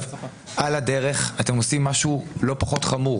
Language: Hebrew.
על הדרך אתם עושים משהו לא פחות חמור.